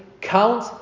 count